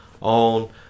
on